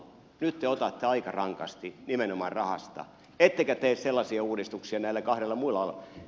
nyt te otatte aika rankasti nimenomaan rahasta ettekä tee sellaisia uudistuksia näillä kahdella muulla alalla